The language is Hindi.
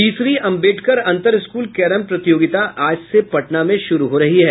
तीसवीं अम्बेडकर अंतर स्कूल कैरम प्रतियोगिता आज से पटना में शुरू हो रही है